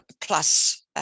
plus